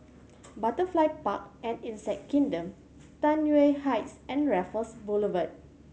Butterfly Park and Insect Kingdom Tai Yuan Heights and Raffles Boulevard